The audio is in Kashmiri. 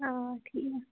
آ ٹھیٖک